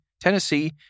tennessee